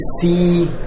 see